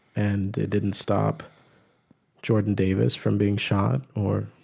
and it didn't stop jordan davis from being shot or